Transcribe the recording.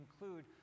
include